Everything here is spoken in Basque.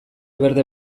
berde